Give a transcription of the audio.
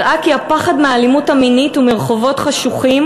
הראה כי הפחד מהאלימות המינית ומרחובות חשוכים